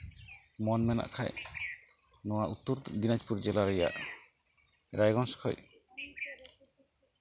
ᱢᱚᱱ ᱢᱮᱱᱟᱜ ᱠᱷᱟᱱ ᱱᱚᱣᱟ ᱩᱛᱛᱚᱨ ᱫᱤᱱᱟᱡᱽᱯᱩᱨ ᱡᱮᱞᱟ ᱨᱮᱭᱟᱜ ᱨᱟᱭᱜᱚᱸᱡᱽ ᱠᱷᱚᱱ